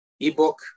ebook